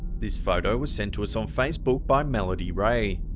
this photo was sent to us on facebook by melody ray.